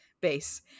base